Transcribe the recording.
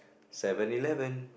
Seven Eleven